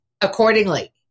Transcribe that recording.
accordingly